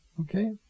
okay